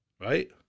right